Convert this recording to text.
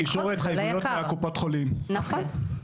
נכון, זה עולה יקר.